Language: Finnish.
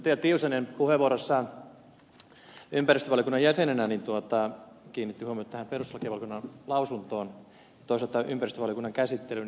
tiusanen puheenvuorossaan ympäristövaliokunnan jäsenenä kiinnitti huomiota tähän perustuslakivaliokunnan lausuntoon ja toisaalta ympäristövaliokunnan käsittelyyn